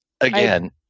again